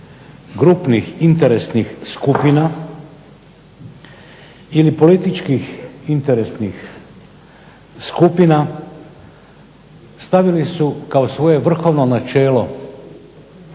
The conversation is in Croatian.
grupnih interesnih skupina ili političkih interesnih skupina stavili su kao svoje vrhovno načelo u tom dijelu medija